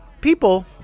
people